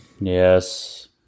yes